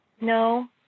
no